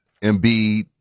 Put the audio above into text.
Embiid